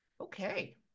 Okay